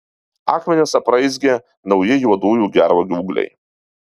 akmenis apraizgė nauji juodųjų gervuogių ūgliai